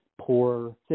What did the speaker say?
poor